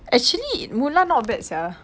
actually mulan not bad sia